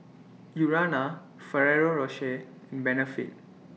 Urana Ferrero Rocher and Benefit